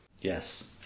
Yes